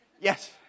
Yes